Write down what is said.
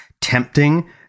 tempting